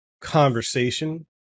conversation